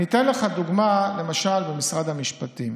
אני אתן לך דוגמה למשל ממשרד המשפטים.